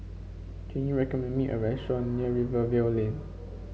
can you recommend me a restaurant near Rivervale Lane